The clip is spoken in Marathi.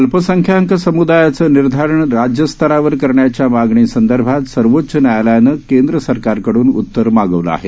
अल्पसंख्याक समुदायाचं निर्धारण राज्यस्तरावर करण्याच्या मागणीसंदर्भात सर्वोच्च न्यायालयानं केंद्र सरकारकड्रन उत्तर मागवलं आहे